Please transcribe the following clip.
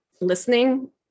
listening